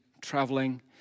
traveling